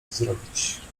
zrobić